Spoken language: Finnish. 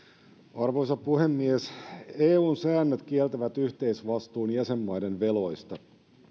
arvoisa puhemies eun säännöt kieltävät yhteisvastuun jäsenmaiden veloista